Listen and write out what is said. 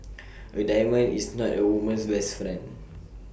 A diamond is not A woman's best friend